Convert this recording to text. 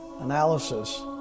analysis